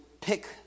pick